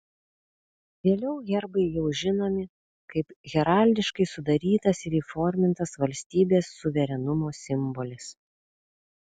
vėliau herbai jau žinomi kaip heraldiškai sudarytas ir įformintas valstybės suverenumo simbolis